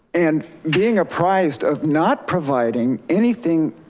and being apprised of not providing anything,